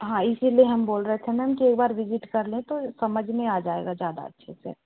हाँ इसीलिए हम बोल रहे थे एक बार विजिट कर ले तो समझ में आ जाएगा ज़्यादा अच्छे से